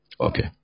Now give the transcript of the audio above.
Okay